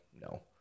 no